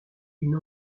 une